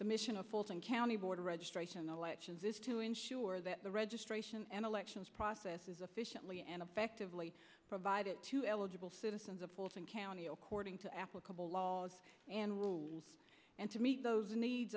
the mission of fulton county board of registration i watch is is to ensure that the registration and elections process is officially and effectively provided to eligible citizens of fulton county hording to applicable laws and rules and to meet those needs